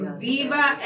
viva